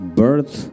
birth